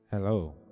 Hello